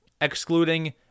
excluding